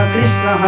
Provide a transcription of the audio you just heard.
Krishna